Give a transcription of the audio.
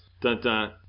dun-dun